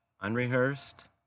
unrehearsed